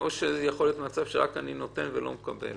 או יכול להיות מצב שרק אני נותן ואני לא מקבל?